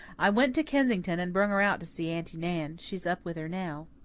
i went to kensington and brung her out to see aunty nan. she's up with her now.